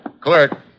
Clerk